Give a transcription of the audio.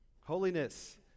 Holiness